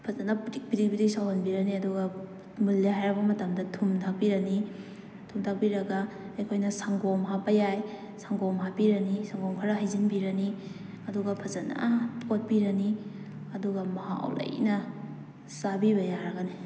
ꯐꯖꯅ brick brick brick ꯁꯧꯍꯟꯕꯤꯔꯅꯤ ꯑꯗꯨꯒ ꯃꯨꯜꯂꯦ ꯍꯥꯏꯔꯛꯄ ꯃꯇꯝꯗ ꯊꯨꯝ ꯊꯥꯛꯄꯤꯔꯅꯤ ꯊꯨꯝ ꯊꯥꯛꯄꯤꯔꯒ ꯑꯩꯈꯣꯏꯅ ꯁꯪꯒꯣꯝ ꯍꯥꯞꯄ ꯌꯥꯏ ꯁꯪꯒꯣꯝ ꯍꯥꯞꯄꯤꯔꯅꯤ ꯁꯪꯒꯣꯝ ꯈꯔ ꯍꯩꯖꯤꯟꯕꯤꯔꯅꯤ ꯑꯗꯨꯒ ꯐꯖꯅ ꯑꯣꯠꯄꯤꯔꯅꯤ ꯑꯗꯨꯒ ꯃꯍꯥꯎ ꯂꯩꯅ ꯆꯥꯕꯤꯕ ꯌꯥꯔꯒꯅꯤ